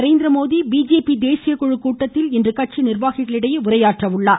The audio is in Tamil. நரேந்திரமோடி பிஜேபி தேசிய குழு கூட்டத்தில் இன்று கட்சி நிர்வாகிகளிடையே உரையாற்றுகிறார்